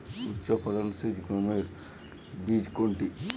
উচ্চফলনশীল গমের বীজ কোনটি?